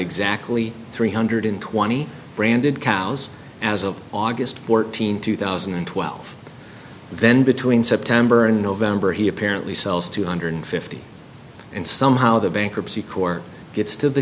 exactly three hundred twenty branded cows as of august fourteenth two thousand and twelve then between september and november he apparently sells two hundred fifty and somehow the bankruptcy court gets to the